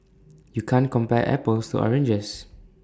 you can't compare apples to oranges